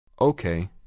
Okay